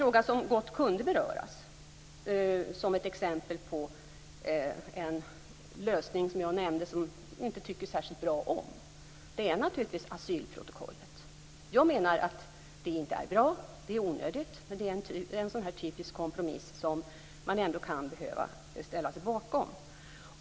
Något som gott kan beröras som ett exempel på en lösning som vi inte tycker särskilt bra om är asylprotokollet. Jag menar att det inte är bra. Det är onödigt. Men det är en sådan typisk kompromiss som man ändå kan behöva ställa sig bakom.